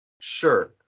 Sure